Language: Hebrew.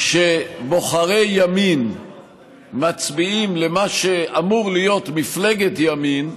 כשבוחרי ימין מצביעים למה שאמור להיות מפלגת ימין,